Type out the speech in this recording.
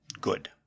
Good